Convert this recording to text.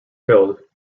killed